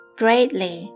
greatly